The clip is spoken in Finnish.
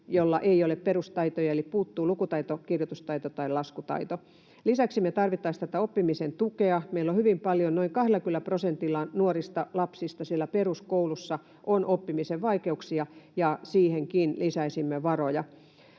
jolla ei ole perustaitoja, eli puuttuu lukutaito, kirjoitustaito tai laskutaito. Lisäksi me tarvittaisiin oppimisen tukea. Meillä on hyvin paljon, noin 20 prosentilla nuorista lapsista peruskoulussa oppimisen vaikeuksia, ja siihenkin lisäisimme varoja.